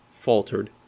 faltered